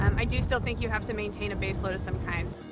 um i do still think you have to maintain a base load of some kinds.